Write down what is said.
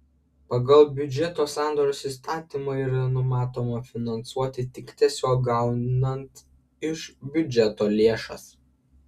pagal biudžeto sandaros įstatymą yra numatoma finansuoti tik tiesiog gaunant iš biudžeto lėšas